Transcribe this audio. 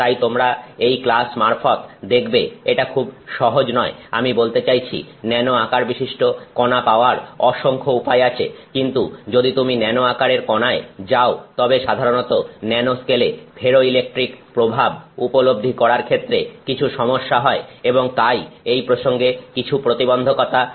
তাই তোমরা এই ক্লাস মারফত দেখবে এটা খুব সহজ নয় আমি বলতে চাইছি ন্যানো আকারবিশিষ্ট কনা পাওয়ার অসংখ্য উপায় আছে কিন্তু যদি তুমি ন্যানো আকারের কনায় যাও তবে সাধারণত ন্যানো স্কেলে ফেরোইলেকট্রিক প্রভাব উপলব্ধি করার ক্ষেত্রে কিছু সমস্যা হয় এবং তাই এই প্রসঙ্গে কিছু প্রতিবন্ধকতা থাকে